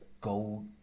go